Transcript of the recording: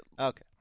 Okay